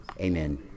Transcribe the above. Amen